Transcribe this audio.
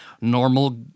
normal